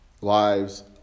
lives